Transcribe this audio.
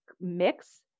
mix